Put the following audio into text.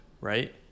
Right